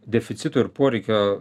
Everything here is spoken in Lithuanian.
deficito ir poreikio